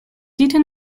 eaten